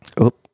up